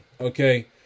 okay